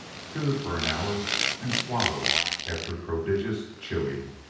stewed for an hour and swallowed after prodigious chewing.